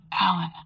Alan